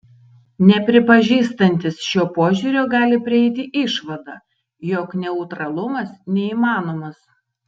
nepripažįstantys šio požiūrio gali prieiti išvadą jog neutralumas neįmanomas